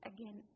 Again